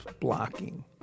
blocking